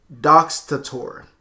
Doxtator